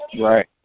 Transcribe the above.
Right